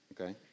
Okay